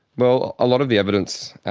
well, a lot of the evidence,